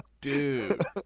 dude